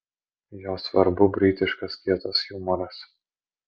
jo svarbu britiškas kietas jumoras